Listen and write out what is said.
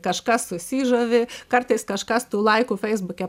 kažkas susižavi kartais kažkas tų laikų feisbuke